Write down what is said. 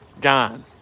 Gone